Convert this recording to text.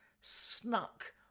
snuck